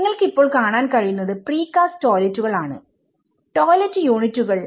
നിങ്ങൾക്ക് ഇപ്പോൾ കാണാൻ കഴിയുന്നത് പ്രീകാസ്റ്റ് ടോയ്ലറ്റുകൾ ആണ് ടോയ്ലറ്റ് യൂണിറ്റുകൾ